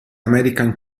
american